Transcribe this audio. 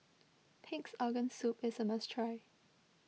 Pig's Organ Soup is a must try